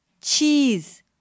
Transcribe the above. Cheese